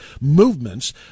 movements